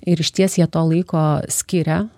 ir išties jie to laiko skiria